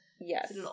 Yes